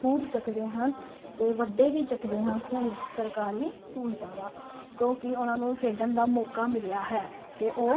ਖੂਬ ਚੱਕਦੇ ਹਨ ਤੇ ਵੱਡੇ ਵੀ ਚੱਕਦੇ ਹਾਂ ਖੂਬ ਸਰਕਾਰੀ ਸਹੂਲਤਾਂ ਦਾ ਕਿਉਂਕਿ ਉਹਨਾਂ ਨੂੰ ਖੇਡਣ ਦਾ ਮੌਕਾ ਮਿਲਿਆ ਹੈ ਤੇ ਉਹ